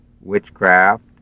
witchcraft